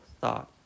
thought